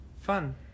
fun